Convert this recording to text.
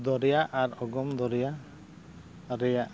ᱫᱚᱨᱭᱟ ᱟᱨ ᱚᱜᱚᱢ ᱫᱚᱨᱭᱟ ᱨᱮᱱᱟᱜ